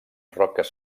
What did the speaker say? roques